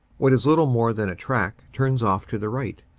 what is little more than a track turns off to the right,